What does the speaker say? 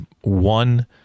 one